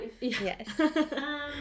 Yes